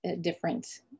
different